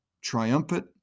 triumphant